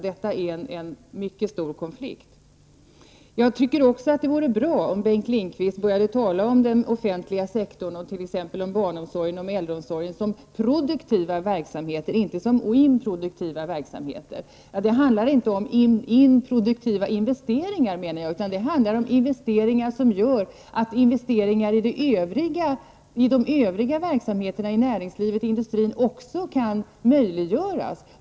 Detta är en mycket stor konflikt. Jag tycker också att det vore bra om Bengt Lindqvist började tala om den offentliga sektorn, t.ex. om barnomsorgen och äldreomsorgen, som produktiva verksamheter och inte som improduktiva. Det handlar inte om improduktiva investeringar utan om investeringar som gör att satsningar inom industrin och näringslivet i övrigt blir möjliga.